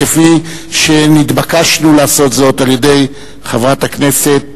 כפי שנתבקשנו לעשות זאת על-ידי חברת הכנסת